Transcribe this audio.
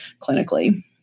clinically